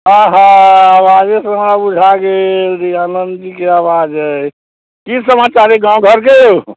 अहाँ आवाजेसँ हमरा बुझा गेल जे आनन्द जीकेँ आवाज अइ की समाचार अइ गाँव घरके यौ